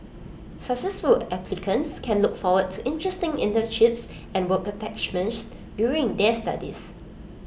successful applicants can look forward to interesting internships and work attachments during their studies